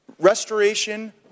Restoration